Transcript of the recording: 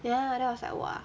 ya then I was like !wah!